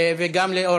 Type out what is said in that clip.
הוחלט,